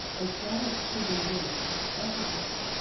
and scarlet-turbaned women, ample-hipped,